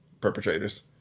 perpetrators